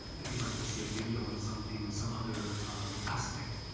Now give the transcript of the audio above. if you'd like to see a video on something some other aspect,